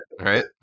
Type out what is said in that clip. right